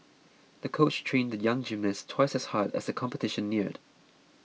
the coach trained the young gymnast twice as hard as the competition neared